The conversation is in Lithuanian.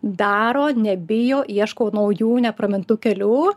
daro nebijo ieško naujų nepramintų kelių